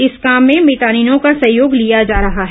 इस काम में मितानिनों का सहयोग लिया जा रहा है